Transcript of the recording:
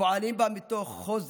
פועלים בה מתוך חוזק,